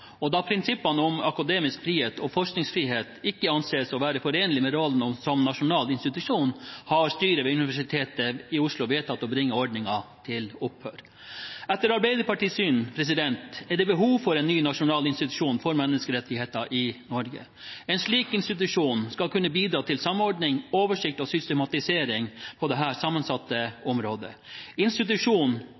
Oslo. Da prinsippene om akademisk frihet og forskningsfrihet ikke anses å være forenlige med rollen som nasjonal institusjon, har styret ved Universitetet i Oslo vedtatt å bringe ordningen til opphør. Etter Arbeiderpartiets syn er det behov for en ny nasjonal institusjon for menneskerettigheter i Norge. En slik institusjon skal kunne bidra til samordning, oversikt og systematisering på dette sammensatte området.